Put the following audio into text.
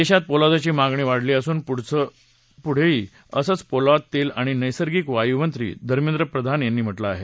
देशात पोलादाची मागणी वाढली असून पुढंही वाढेल असं पोलाद तेल आणि नैसर्गिक वायूमंत्री धर्मेंद्र प्रधान यांनी म्हटलं आहे